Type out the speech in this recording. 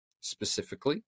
specifically